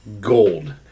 Gold